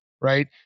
right